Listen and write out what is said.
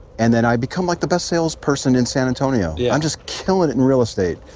and then i become like, the best salesperson in san antonio. yeah. i'm just killing it in real estate.